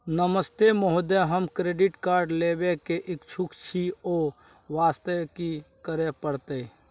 नमस्ते महोदय, हम credit card लेबे के इच्छुक छि ओ वास्ते की करै परतै?